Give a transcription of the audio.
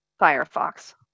Firefox